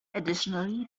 additionally